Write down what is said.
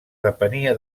depenia